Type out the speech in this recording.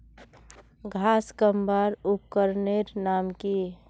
घांस कमवार उपकरनेर नाम की?